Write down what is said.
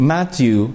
Matthew